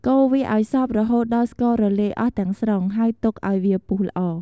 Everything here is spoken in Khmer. កូរវាឱ្យសព្វរហូតដល់ស្កររលាយអស់ទាំងស្រុង ហើយទុកអោយវាពុះល្អ។